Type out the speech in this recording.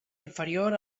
inferior